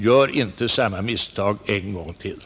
Gör inte samma misstag en gång till!